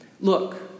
Look